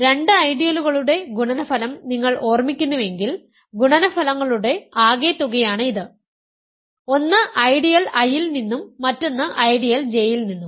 രണ്ട് ഐഡിയലുകളുടെ ഗുണനഫലം നിങ്ങൾ ഓർമിക്കുന്നുവെങ്കിൽ ഗുണനഫലങ്ങളുടെ ആകെത്തുകയാണ് അത് ഒന്ന് ഐഡിയൽ I ൽ നിന്നും മറ്റൊന്ന് ഐഡിയൽ J ൽ നിന്നും